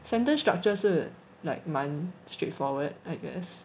sentence structure 是 like 满 straightforward I guess